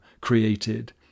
created